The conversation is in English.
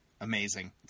Amazing